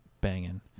banging